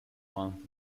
month